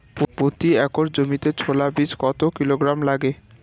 প্রতি একর জমিতে ছোলা বীজ কত কিলোগ্রাম লাগে?